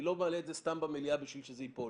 אני לא מעלה את זה סתם במליאה בשביל שזה ייפול.